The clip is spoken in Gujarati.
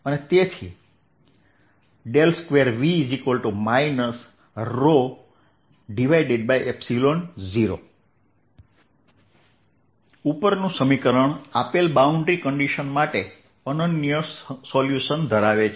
તેથી ∇2v 0 ઉપરનું સમીકરણ આપેલ બાઉન્ડ્રી કંડિશન માટે અનન્ય સોલ્યુશન ધરાવે છે